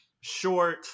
short